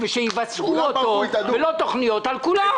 המציאות היא שלגבי אנשים עם מוגבלות ותיכף נדבר על כל האחרים,